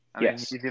Yes